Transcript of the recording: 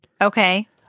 okay